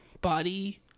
body